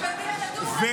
גם בדיקטטורה היא תעלה ותשקע.